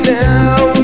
now